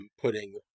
putting